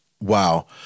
wow